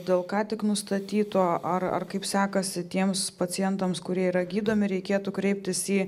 dėl ką tik nustatytų ar ar kaip sekasi tiems pacientams kurie yra gydomi reikėtų kreiptis į